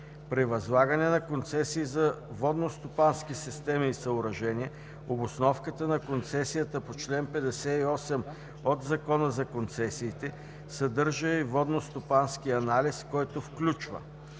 При възлагане на концесии за водностопански системи и съоръжения обосновката на концесията по чл. 58 от Закона за концесиите съдържа и водностопански анализ, който включва: